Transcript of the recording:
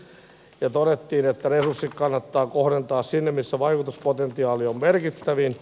todettiin että resurssit kannattaa kohdentaa sinne missä vaikutuspotentiaali on merkittävin